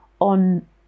on